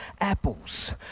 apples